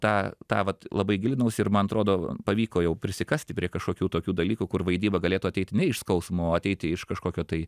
tą tą vat labai gilinausi ir man atrodo pavyko jau prisikasti prie kažkokių tokių dalykų kur vaidyba galėtų ateiti ne iš skausmo o ateiti iš kažkokio tai